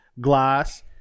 Glass